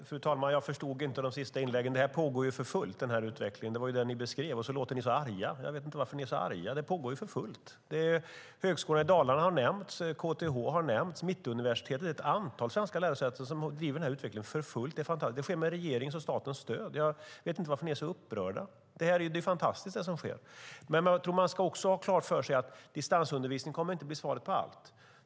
Fru talman! Jag förstod inte de sista inläggen. Den här utvecklingen pågår ju för fullt, precis som ni beskrev, och ändå låter ni så arga. Jag vet inte varför ni är så arga. Utvecklingen pågår ju för fullt. Högskolan i Dalarna och KTH har nämnts. Mittuniversitetet och ett antal andra svenska lärosäten driver den här utvecklingen för fullt. Det sker med regeringens och statens stöd. Jag vet inte varför ni är så upprörda. Det är ju fantastiskt det som sker. Jag tror att det är viktigt att ha klart för sig att distansundervisning inte kommer att bli svaret på allt.